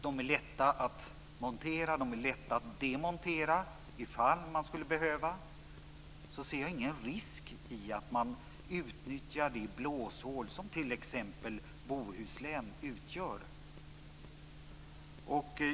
De är lätta att montera, och de är lätta att demontera om det skulle behövas. Därför ser jag ingen risk i att man utnyttjar det blåshål som t.ex. Bohuslän utgör.